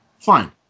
Fine